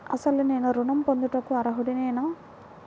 అసలు నేను ఋణం పొందుటకు అర్హుడనేన?